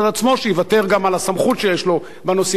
שיוותר גם על הסמכות שיש לו בנושאים האלה.